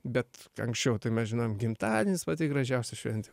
bet anksčiau tai mes žinojom gimtadienis pati gražiausia šventė